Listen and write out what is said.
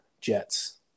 Jets